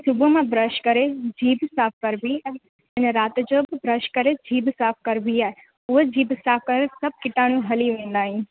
सुबुह मां ब्रश करे जीभु साफ़ करबी ऐं राति जो बि ब्रश करे जीभु साफ़ करबी आहे हूअ जीभु साफ़ करे सभु कीटाणू हली वेंदा आहिनि